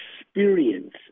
experience